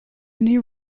new